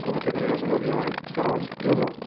গুৱাহাটীৰ ফালে যাবলগীয়া হয় কাৰণ কিয়নো